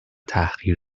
تحقیر